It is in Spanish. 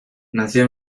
nació